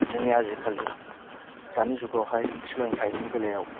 जोंनि आजिखालि दानि जुगावहाय सोलोंथाइनि बेलायाव